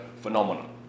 phenomenon